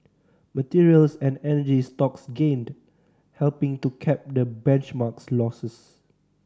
materials and energy stocks gained helping to cap the benchmark's losses